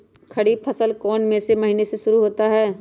खरीफ फसल कौन में से महीने से शुरू होता है?